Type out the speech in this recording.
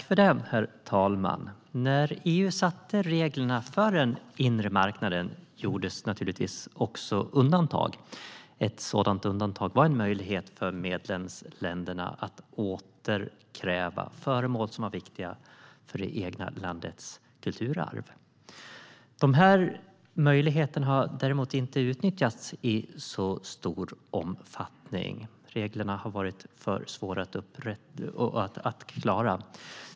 Herr talman! När EU satte reglerna för den inre marknaden gjordes naturligtvis också undantag. Ett sådant undantag var en möjlighet för medlemsländerna att återkräva föremål som är viktiga för det egna landets kulturarv. Denna möjlighet har däremot inte utnyttjats i så stor omfattning. Reglerna har varit för svåra att klara.